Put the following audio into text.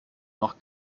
noch